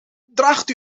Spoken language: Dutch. draagt